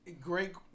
Great